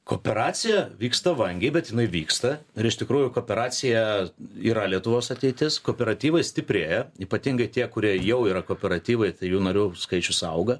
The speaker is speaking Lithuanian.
kooperacija vyksta vangiai bet jinai vyksta ir iš tikrųjų kooperacija yra lietuvos ateitis kooperatyvai stiprėja ypatingai tie kurie jau yra kooperatyvai tai jų narių skaičius auga